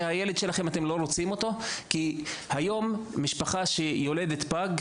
היום משפחה שיולדת פג,